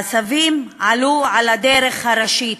העשבים עלו על הדרך הראשית.